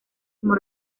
como